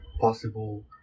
possible